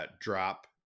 drop